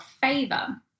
favor